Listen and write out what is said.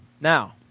Now